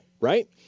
right